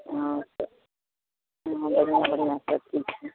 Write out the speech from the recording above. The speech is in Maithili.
हँ तऽ वहाँ बढ़िआँ बढ़िआँ सब चीज छै